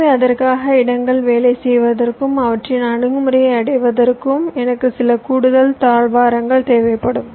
எனவே அதற்காக இடங்கள் வேலை செய்வதற்கும் அவற்றின் அணுகுமுறையை அடைவதற்கும் எனக்கு சில கூடுதல் தாழ்வாரங்கள் தேவைப்படும்